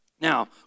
Now